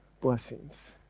blessings